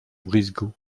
brisgau